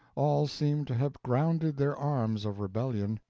all seemed to have grounded their arms of rebellion,